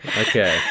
Okay